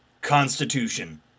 Constitution